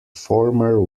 former